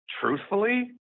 Truthfully